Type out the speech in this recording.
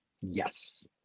Yes